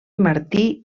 martí